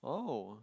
oh